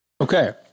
Okay